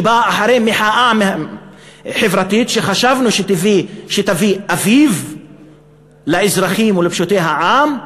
שבאה אחרי מחאה חברתית שחשבנו שתביא אביב לאזרחים ולפשוטי העם,